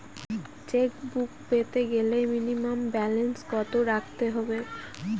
Chequebook পেতে গেলে minimum balance কত রাখতে হবে?